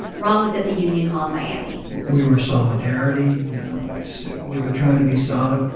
ron was at the union hall in miami we were solidarity. you know, it's we were trying to be solid.